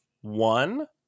one